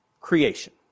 creation